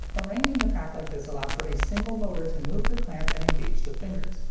arranging the track like this allowed for a single motor to move the clamp and engage the fingers.